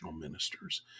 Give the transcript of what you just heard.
ministers